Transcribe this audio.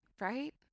Right